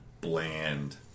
bland